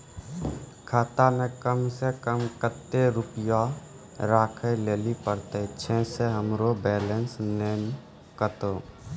खाता मे कम सें कम कत्ते रुपैया राखै लेली परतै, छै सें हमरो बैलेंस नैन कतो?